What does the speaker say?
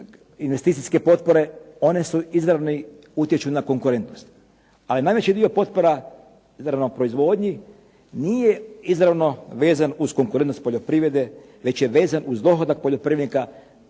investicijske potpore, one izravno utječu na konkurentnost. Ali, najveći dio potpora izravno proizvodnji nije izravno vezan uz konkurentnost poljoprivrede već je vezan uz dohodak poljoprivrednika,